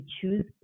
choose